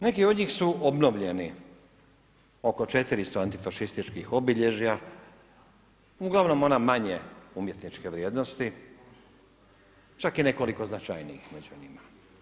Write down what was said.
Neki od njih su obnovljeni oko 400 antifašističkih obilježja, uglavnom ona manje umjetničke vrijednosti, čak i nekoliko značajnijih među njima.